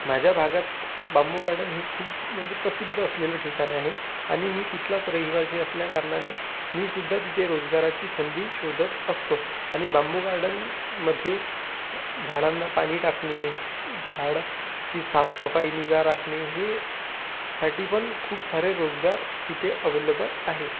माझ्या भागात bamboo garden ही खूप म्हणजे प्रसिद्ध असलेलं ठिकाण आहे आणि मी तिथलाच रहिवासी असल्याकारणाने मी सुुद्धा तिथे रोजगाराची संधी शोधत असतो आणि बांबू गार्डनमध्ये झाडांना पाणी टाकणे झाडांची साफसफाई निगा राखणे हे साठी पण खूप सारे रोजगार तिथे अवेलेबल आहे